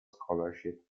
scholarship